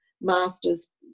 masters